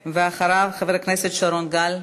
ואחריו, חבר הכנסת שרון גל.